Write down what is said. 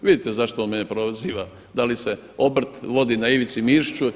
Vidite zašto on mene proziva da li se obrt vodi na Ivici Mišiću?